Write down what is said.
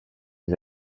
aux